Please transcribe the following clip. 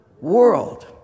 world